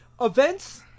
events